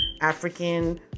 African